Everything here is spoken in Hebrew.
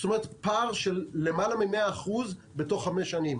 זאת אומרת פער של למעלה מ-100% בתוך חמש שנים.